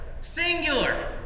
singular